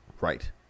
Right